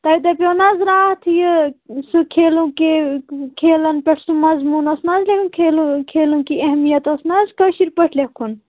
تۄہہِ دَپیٛوو نا حظ راتھ یہِ سُہ کھیلوٗ کے کھیلَن پٮ۪ٹھ سُہ مظموٗن اوس نا حظ کھیلوٗ کھیلوٗ کی اہمیت اوس نہَ حظ کٲشِرۍ پٲٹھۍ لیکھُن